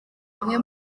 bamwe